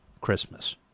Christmas